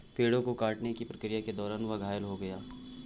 पेड़ों को काटने की प्रक्रिया के दौरान वह घायल हो गया